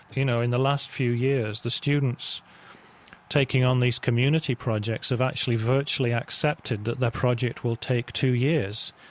you know, in the last few years, the students taking on these community projects have actually virtually accepted that the project will take two years,